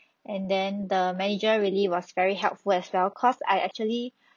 and then the manager really was very helpful as well cause I actually